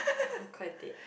I'm quite dead